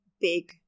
big